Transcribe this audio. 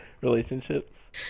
relationships